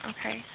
Okay